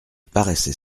paraissait